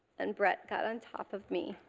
and brett got on top of me.